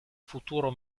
futuro